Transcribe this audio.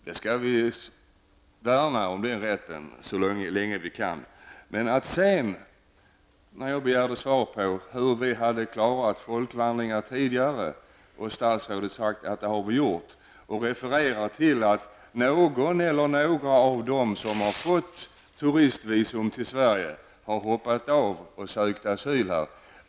Men statsrådet sade att vi har klarat folkvandringar tidigare, och som svar på min fråga vilka folkvandringar det var refererade statsrådet till att någon eller några av dem som fått turistvisum till Sverige hoppat av och sökt asyl här.